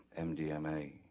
MDMA